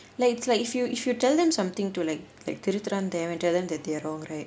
like it's like if you if you tell them something to like like திருந்தூரான்:thiruthuraan tell them that they are wrong right